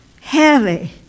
heavy